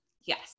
yes